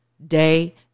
Day